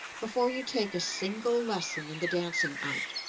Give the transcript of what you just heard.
before you take a single lesson in the dancing art,